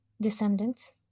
descendants